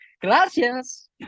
Gracias